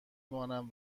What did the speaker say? مانم